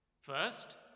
First